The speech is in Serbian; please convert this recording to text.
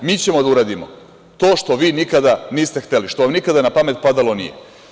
Mi ćemo da uradimo to što vi nikada niste hteli, što nikada na pamet padalo nije.